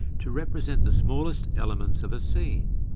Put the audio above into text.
to represent the smallest elements of a scene.